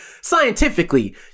scientifically